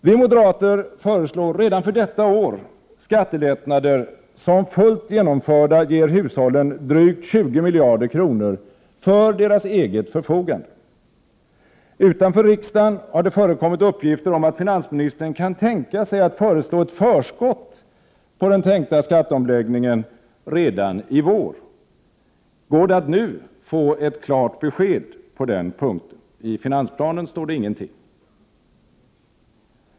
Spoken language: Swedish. Vi moderater föreslår redan för detta år skattelättnader, som fullt genomförda ger hushållen drygt 20 miljarder kronor för deras eget förfogande. Utanför riksdagen har det förekommit uppgifter om att finansministern kan tänka sig att föreslå ett förskott på den tänkta skatteomläggningen redan i vår. Går det att nu få ett klart besked på den punkten? I finansplanen står det ingenting.